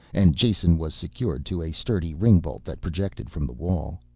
and jason was secured to a sturdy ringbolt that projected from the wall.